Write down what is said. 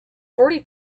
forty